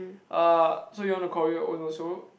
uh so you want to choreo your own also